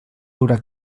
haurà